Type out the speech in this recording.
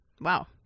Wow